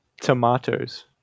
tomatoes